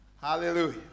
Hallelujah